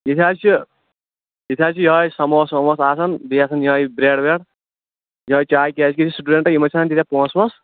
ییٚتہِ حظ چھِ ییٚتہِ حظ چھِ یوٚہے سموس وموس آسان بیٚیہِ آسان یہَے برٛیٚڈ وریٚڈ یِہَے چاے کیٛازکہِ یِم چھِ سِٹوٗڈنٛٹ آسان یِمن چھُنہٕ آسان تیٖتاہ پۅنٛسہٕ وۅنٛسہٕ